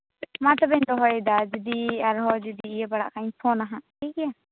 ᱢᱟ ᱛᱚᱵᱮᱧ ᱫᱚᱦᱚᱭᱫᱟ ᱡᱩᱫᱤ ᱟᱨᱦᱚᱸ ᱡᱩᱫᱤ ᱤᱭᱟᱹ ᱯᱟᱲᱟᱜ ᱠᱷᱟᱡ ᱤᱧ ᱯᱷᱳᱱᱟ ᱦᱟᱸᱜ ᱴᱷᱤᱠᱜᱮᱟ